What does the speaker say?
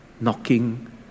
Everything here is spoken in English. knocking